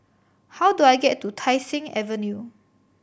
how do I get to Tai Seng Avenue